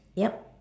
yup